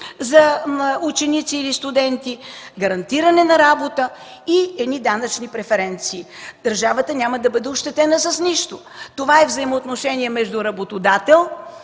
за ученици и студенти, гарантиране на работа и данъчни преференции. Държавата няма да бъде ощетена с нищо. Това е взаимоотношение между работодател